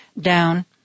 down